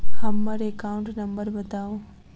हम्मर account number बताऊ?